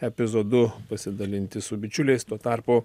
epizodu pasidalinti su bičiuliais tuo tarpu